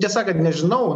tiesa kad nežinau